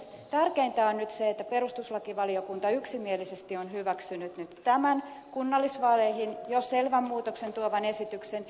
tärkeintä on nyt se että perustuslakivaliokunta yksimielisesti on hyväksynyt nyt tämän kunnallisvaaleihin jo selvän muutoksen tuovan esityksen